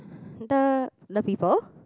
the the people